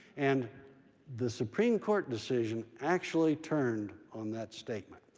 and the supreme court decision actually turned on that statement.